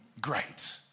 great